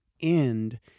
End